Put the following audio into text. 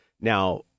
Now